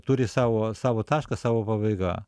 turi savo savo tašką savo pabaigą